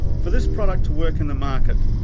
for this product to work in the market,